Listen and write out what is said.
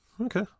Okay